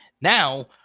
Now